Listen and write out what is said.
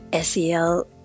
SEL